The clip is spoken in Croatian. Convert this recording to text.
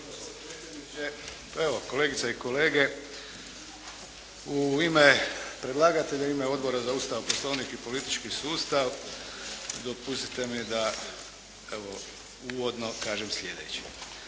evo, kolegice i kolege u ime predlagatelja u ime Odbora za Ustav, Poslovnik i politički sustav dopustite mi da evo uvodno kažem sljedeće.